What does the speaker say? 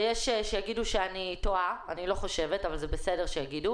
ויש שיגידו שאני טועה אני לא חושבת אבל זה בסדר שיגידו